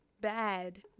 bad